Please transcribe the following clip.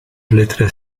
letras